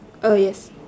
uh yes